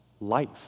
life